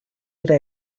era